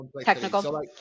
technical